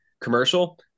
commercial